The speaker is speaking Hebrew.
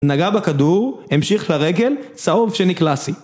נגע בכדור, המשיך לרגל, צהוב שני קלסי.